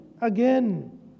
again